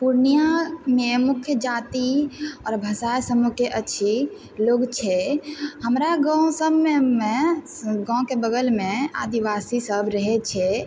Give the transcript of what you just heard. पूर्णियाँमे मुख्य जाति आओर भाषा समूहके अछि लोग छै हमरा गाँव सभमे गाँवके बगलमे आदिवासी सब रहै छै